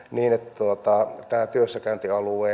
miehet luottaa pääpysäköintialue